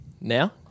now